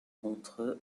contre